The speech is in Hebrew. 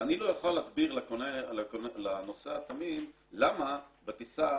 ואני לא אוכל להסביר לנוסע התמים למה בטיסה